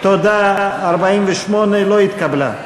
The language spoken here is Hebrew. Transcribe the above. לא התקבלה.